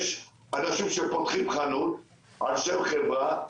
יש אנשים שפותחים חנות על שם חברה,